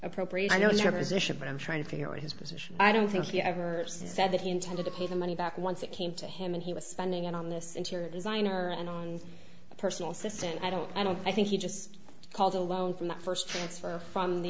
appropriate i know it's your position but i'm trying to figure his position i don't think he ever said that he intended to pay the money back once it came to him and he was spending it on this interior designer and on a personal assistant i don't i don't i think he just called a loan from the first that's far from the